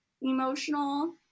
emotional